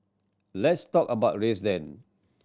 let's talk about race then